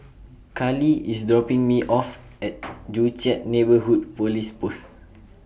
Carly IS dopping Me off At Joo Chiat Neighbourhood Police Post